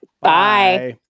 Bye